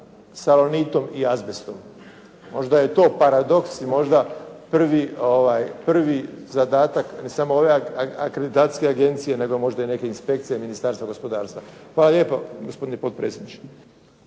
salonitom i azbestom. Možda je to paradoks i možda prvi zadatak ne samo ove Akreditacijske agencije, nego možda i neke inspekcije Ministarstva gospodarstva. Hvala lijepo gospodine potpredsjedniče.